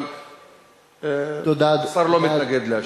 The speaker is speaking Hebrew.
אבל השר לא מתנגד להשיב.